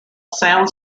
sound